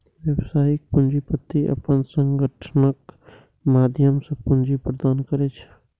व्यावसायिक पूंजीपति अपन संगठनक माध्यम सं पूंजी प्रदान करै छै